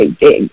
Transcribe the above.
big